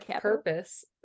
purpose